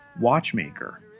Watchmaker